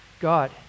God